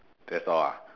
that's all ah